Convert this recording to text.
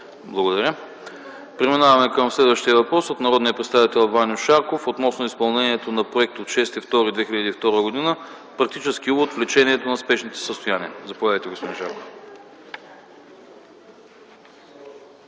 Благодаря. Преминаваме към следващия въпрос от народния представител Ваньо Шарков относно изпълнението на Проект ВG051РО00 - 6.02.02 ПУЛСС (Практически увод в лечението на спешните състояния). Заповядайте, господин Шарков.